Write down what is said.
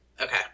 Okay